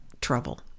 trouble